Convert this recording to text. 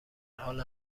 حال